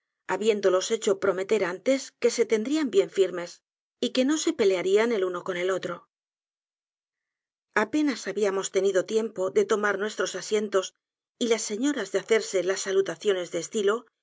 bosque habiéndolos hecho prometer antes que se tendrían bien firmes y que no se pelearían el uno con el otro apenas habíamos tenido tiempo de tomar nuestros asientos y las señoras de hacerse las salutaciones de estilo